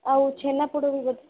ଆଉ ଛେନାପୋଡ଼ ବି ବୋଧେ